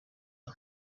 aha